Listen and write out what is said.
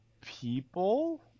people